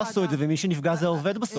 אבל הם לא עשו את זה, ומי שנפגע זה העובד בסוף.